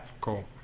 Cool